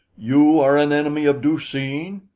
you are an enemy of du-seen?